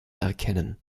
erkennen